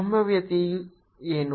ಸಂಭಾವ್ಯತೆ ಏನು